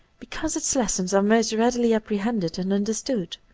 because its lessons are most readily apprehended and undeistood.